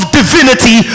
divinity